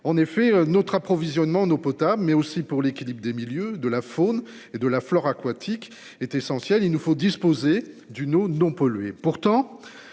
en effet notre approvisionnement en eau potable, mais aussi pour l'équilibre des milieux de la faune et de la flore aquatique est essentielle, il nous faut disposer d'une eau non polluée.